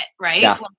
Right